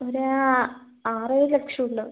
ഒരു ആറ് ഏഴ് ലക്ഷം ഉണ്ടാവും